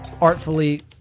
artfully